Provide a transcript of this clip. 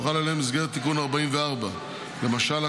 שהוחל עליהם במסגרת תיקון 44. למשל,